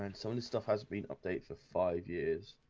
and so many stuff has been update for five years.